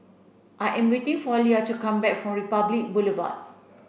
I am waiting for Lelia to come back from Republic Boulevard